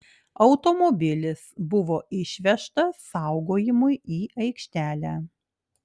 automobilis buvo išvežtas saugojimui į aikštelę